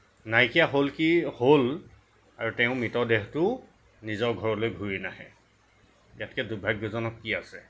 নাইকিয়া হ'ল কি হ'ল আৰু তেওঁৰ মৃতদেহটোও নিজৰ ঘৰলৈ ঘূৰি নাহে ইয়াতকৈ দুৰ্ভাগ্যজনক কি আছে